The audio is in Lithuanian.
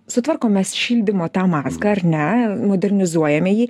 sutvarkom mes šildymo tą mazgą ar ne modernizuojame jį